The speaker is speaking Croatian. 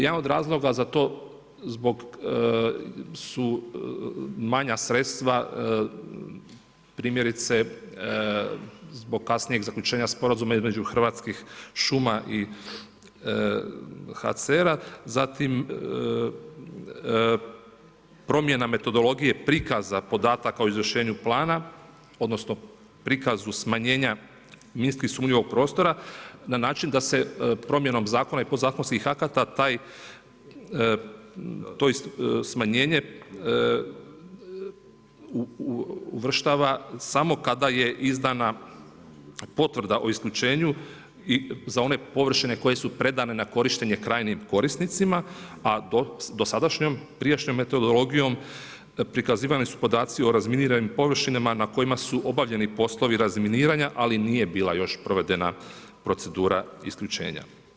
Jedan od razloga za to su manja sredstva primjerice, zbog kasnijeg zaključenja sporazuma između Hrvatskih šuma i HCR-a zatim promjena metodologije prikaza podataka o izvršenju plana, odnosno, prikazu smanjenja minski sumnjivog prostora, na način, da se promjenom zakona, i podzakonskih akata, toj smanjenje uvrštava samo kada je izdana potvrdu o isključenju i za one površine koje su predane na korištenje krajnjim korisnicima, a dosadašnjom, prijašnjom metodologijom, prikazivani su podacima o razminiranim površinama, na kojima su obavljeni poslovi razminiranja, ali nije bila još provedena procedura isključenja.